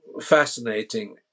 fascinating